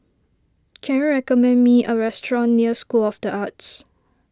can you recommend me a restaurant near School of the Arts